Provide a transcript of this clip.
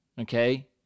okay